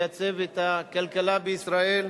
מייצב את הכלכלה בישראל,